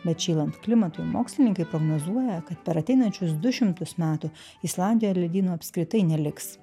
bet šylant klimatui mokslininkai prognozuoja kad per ateinančius du šimtus metų islandijoj ledyno apskritai neliks